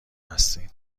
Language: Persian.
هستین